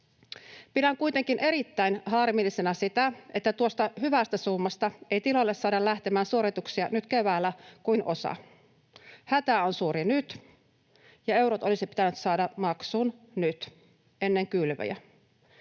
Pidän kuitenkin erittäin harmillisena sitä, että tuosta hyvästä summasta ei tiloille saada lähtemään suorituksina nyt keväällä kuin osa. Hätä on suuri nyt, ja eurot olisi pitänyt saada maksuun nyt, ennen kylvöjä.